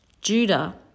Judah